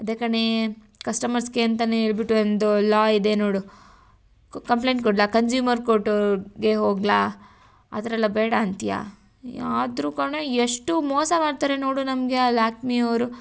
ಅದೇ ಕಣೇ ಕಸ್ಟಮರ್ಸಿಗೆ ಅಂತನೇ ಹೇಳ್ಬಿಟ್ ಒಂದು ಲಾ ಇದೆ ನೋಡು ಕಂಪ್ಲೇಂಟ್ ಕೊಡಲಾ ಕನ್ಸ್ಯೂಮರ್ ಕೋರ್ಟವ್ರಿಗೆ ಹೋಗಲಾ ಆ ಥರ ಎಲ್ಲ ಬೇಡ ಅಂತಿಯಾ ಆದರು ಕಣೇ ಎಷ್ಟು ಮೋಸ ಮಾಡ್ತಾರೆ ನೋಡು ನಮಗೆ ಆ ಲ್ಯಾಕ್ಮಿಯವರು